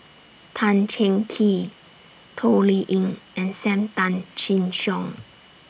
Tan Cheng Kee Toh Liying and SAM Tan Chin Siong